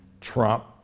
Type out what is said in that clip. Trump